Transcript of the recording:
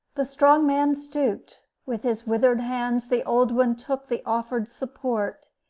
the strong man stooped with his withered hands the old one took the offered support,